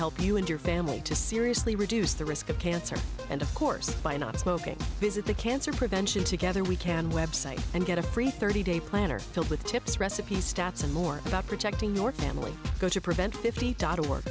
help you and your family to seriously reduce the risk of cancer and of course visit the cancer prevention together we can website and get a free thirty day planner filled with tips recipes stats and more about protecting your family go to prevent